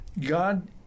God